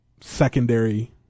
secondary